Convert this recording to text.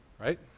Right